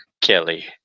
Kelly